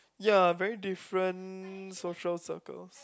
ya very different social circle